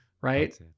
Right